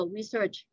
Research